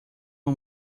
uma